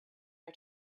her